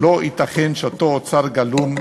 לא ייתכן שאותו אוצר בלום,